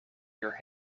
your